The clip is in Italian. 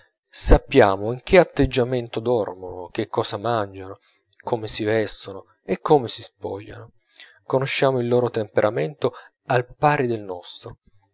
sappiamo in che atteggiamento dormono che cosa mangiano come si vestono e come si spogliano conosciamo il loro temperamento al pari del nostro